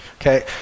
Okay